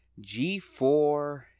g4